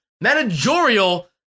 managerial